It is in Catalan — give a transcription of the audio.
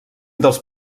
dels